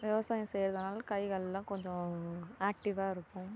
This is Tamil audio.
விவசாயம் செய்கிறதுனால கை கால்லெலாம் கொஞ்சம் ஆக்டிவாக இருக்கும்